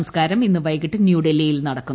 സംസ്കാരം ഇന്ന് വൈകിട്ട് ന്യൂഡൽഹിയിൽ നടക്കും